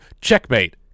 checkmate